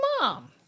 mom